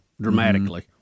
dramatically